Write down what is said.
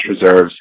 reserves